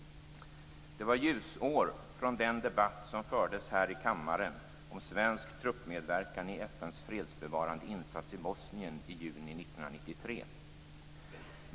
Det var ljusår från den debatt som fördes här i kammaren om svensk truppmedverkan i FN:s fredsbevarande insats i Bosnien i juni 1993.